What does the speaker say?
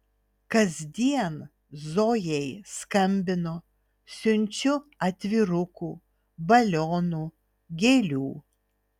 kasdien zojai skambinu siunčiu atvirukų balionų gėlių